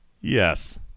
Yes